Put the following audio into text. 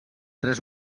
tres